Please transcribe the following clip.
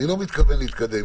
אני לא מתכוון להתקדם.